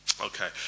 Okay